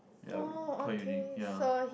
ya quite unique ya